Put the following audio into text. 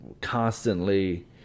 constantly